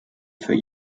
für